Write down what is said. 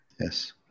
Yes